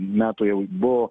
metų jau buvo